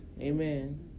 Amen